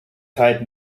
zeit